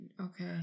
Okay